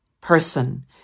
person